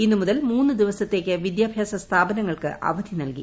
ഇന്ന് മുതൽ മൂന്ന് ദിവസത്തേക്ക് വിദ്യാഭ്യാസ സ്ഥാപനങ്ങൾക്ക് അവധി നൽകി